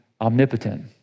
omnipotent